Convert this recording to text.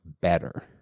better